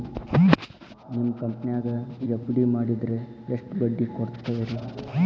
ನಿಮ್ಮ ಕಂಪನ್ಯಾಗ ಎಫ್.ಡಿ ಮಾಡಿದ್ರ ಎಷ್ಟು ಬಡ್ಡಿ ಕೊಡ್ತೇರಿ?